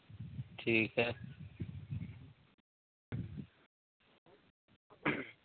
ठीक है